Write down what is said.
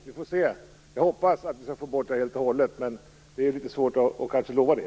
Jag hoppas att det skall gå att få bort läktarvåldet helt och hållet, men det är kanske svårt att lova det.